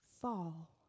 fall